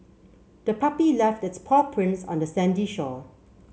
the puppy left its paw prints on the sandy shore